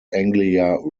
anglia